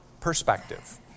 perspective